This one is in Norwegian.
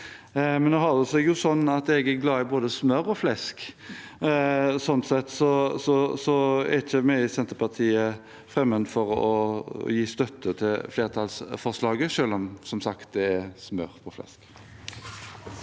jeg er glad i både smør og flesk. Sånn sett er ikke vi i Senterpartiet fremmed for å gi støtte til flertallsforslaget, selv om det som sagt er smør på flesk.